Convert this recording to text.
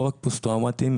לא רק פוסט טראומטיים,